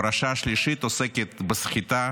הפרשה שלישית עוסקת בסחיטה